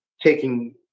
taking